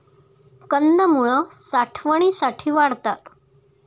कंदमुळं साठवणीसाठी वाढतात